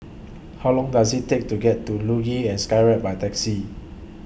How Long Does IT Take to get to Luge and Skyride By Taxi